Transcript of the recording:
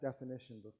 definition